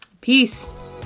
peace